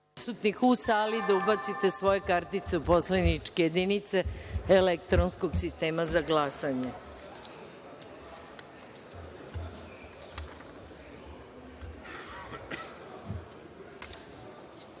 u sali, da ubacite svoje kartice u poslaničke jedinice elektronskog sistema za